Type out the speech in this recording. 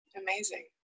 Amazing